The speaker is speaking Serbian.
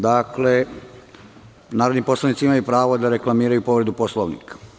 Dakle, narodni poslanici imaju pravo da reklamiraju povredu Poslovnika.